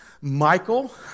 Michael